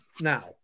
Now